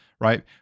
right